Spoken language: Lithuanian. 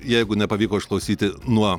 jeigu nepavyko išklausyti nuo